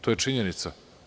To je činjenica.